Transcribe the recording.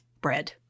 bread